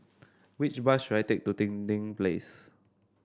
which bus should I take to Dinding Place